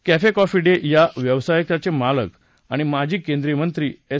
क्ष्मी coffee day या व्यवसायाचे मालक आणि माजी केंद्रीय मंत्री एस